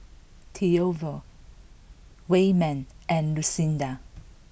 Toivo Wayman and Lucinda